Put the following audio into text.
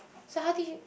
so how did you